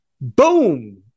boom